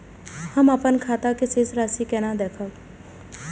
हम अपन खाता के शेष राशि केना देखब?